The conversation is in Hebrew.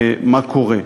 מה קורה.